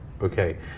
okay